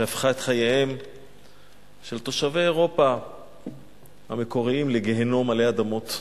שהפכה את חייהם של תושבי אירופה המקוריים לגיהינום עלי אדמות.